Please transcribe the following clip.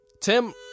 Tim